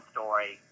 Story